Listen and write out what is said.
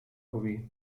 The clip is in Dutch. hobby